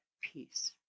peace